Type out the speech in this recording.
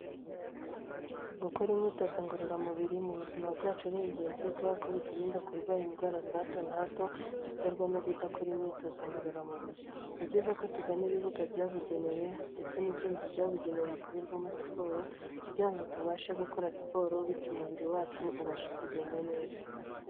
Gukora imyitozo ngororamubiri mu buzima bwacu ni ingenzi, kubera ko biturinda kurwara indwara za hato na hato ziterwa no kudakora imyitozo ngororamubiri, ni byiza ko tugana ibibuga byabugenewe ndetse n'ibyumba byabugenewe bikorerwamo siporo, kugira ngo tubashe gukora siporo bityo umubiri wacu ubashe kugenda neza.